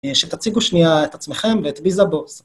שתציגו שנייה את עצמכם ואת ביזה בוס.